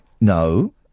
No